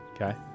Okay